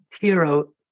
hero